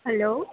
hello